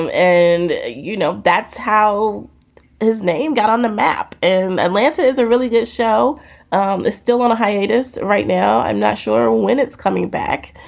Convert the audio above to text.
and, and you know, that's how his name got on the map. atlanta is a really good show. um it's still on hiatus right now. i'm not sure when it's coming back,